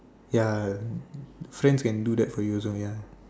ya friend can do that for you also ya